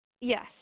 Yes